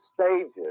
stages